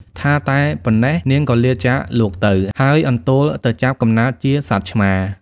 ថាតែប៉ុណ្ណេះ នាងក៏លាចាកលោកទៅ ហើយអន្ទោលទៅចាប់កំណើតជាសត្វឆ្មា។